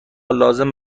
لازم